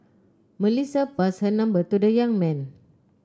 Melissa passed her number to the young man